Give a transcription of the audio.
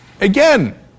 Again